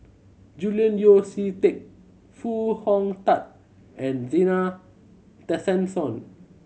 Julian Yeo See Teck Foo Hong Tatt and Zena Tessensohn